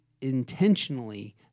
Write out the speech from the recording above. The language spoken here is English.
intentionally